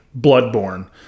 Bloodborne